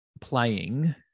playing